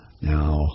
Now